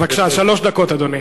בבקשה, שלוש דקות, אדוני.